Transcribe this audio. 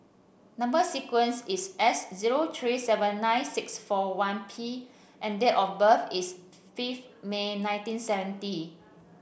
number sequence is S zero three seven nine six four one P and date of birth is fifth May nineteen seventy